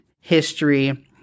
History